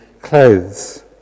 clothes